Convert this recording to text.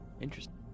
Interesting